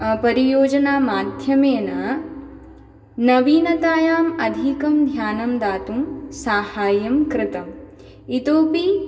परियोजनामाध्यमेन नवीनतायां अधिकं ध्यानं दातुं साहाय्यं कृतम् इतोऽपि